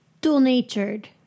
dual-natured